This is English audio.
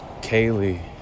Kaylee